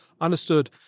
understood